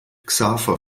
xaver